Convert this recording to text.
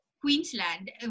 Queensland